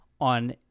on